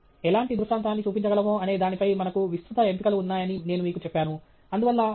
మనము ఎలాంటి దృష్టాంతాన్ని చూపించగలమో అనే దానిపై మనకు విస్తృత ఎంపికలు ఉన్నాయని నేను మీకు చెప్పాను